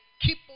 keep